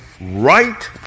right